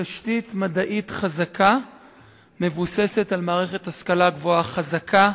תשתית מדעית חזקה מבוססת על מערכת השכלה גבוהה חזקה,